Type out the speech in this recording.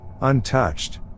untouched